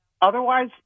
Otherwise